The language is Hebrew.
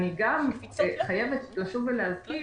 אני חייבת לשוב ולהזכיר,